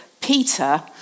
Peter